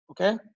Okay